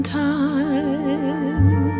time